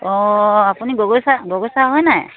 অঁ আপুনি Gogoi sir Gogoi sir হয় নাই